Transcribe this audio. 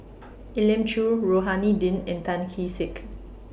Elim Chew Rohani Din and Tan Kee Sek